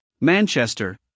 Manchester